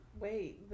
Wait